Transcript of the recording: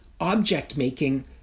object-making